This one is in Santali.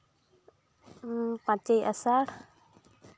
ᱯᱟᱸᱪᱮᱭ ᱟᱥᱟᱲ